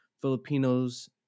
Filipinos